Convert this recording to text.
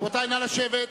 רבותי, נא לשבת.